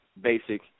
basic